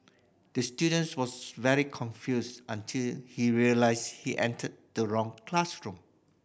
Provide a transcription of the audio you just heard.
the students was very confused until he realised he entered the wrong classroom